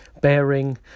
bearing